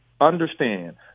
understand